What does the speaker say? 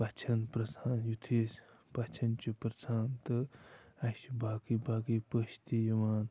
پَژھٮ۪ن پِرٛژھان یُتھٕے أسۍ پَژھٮ۪ن چھِ پِرٛژھان تہٕ اَسہِ چھِ باقٕے باقٕے پٔژھۍ تہِ یِوان